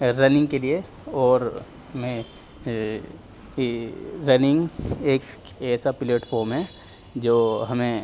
running کے لیے اور میں رننگ ایک ایسا پلیٹفارم ہے جو ہمیں